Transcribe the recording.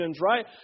right